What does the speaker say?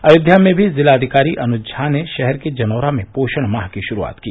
अयोध्या में भी जिलाधिकारी अनुज झा ने शहर के जनौरा में पोषण माह की शुरूआत की